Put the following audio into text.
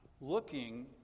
looking